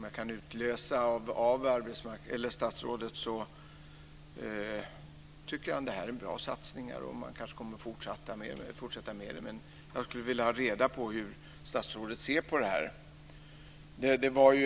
Jag kan utläsa att statsrådet tycker att det är bra satsningar och att man kanske kommer att fortsätta med dem, men jag skulle vilja ha reda på hur statsrådet ser på det här.